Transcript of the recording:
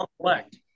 collect